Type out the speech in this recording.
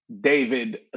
David